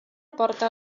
porta